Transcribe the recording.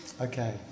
Okay